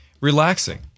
relaxing